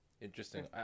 Interesting